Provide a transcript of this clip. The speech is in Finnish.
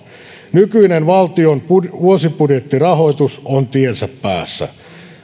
nykyinen valtion vuosibudjettirahoitus on tiensä päässä